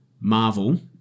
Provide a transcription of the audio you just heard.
Marvel